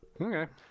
Okay